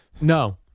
no